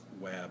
web